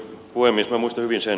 arvoisa puhemies